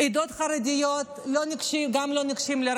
גם עדות חרדיות לא ניגשות לרבנות.